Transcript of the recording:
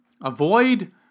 avoid